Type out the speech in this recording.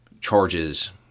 charges